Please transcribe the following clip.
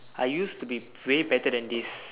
I used to be way better than this